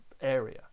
area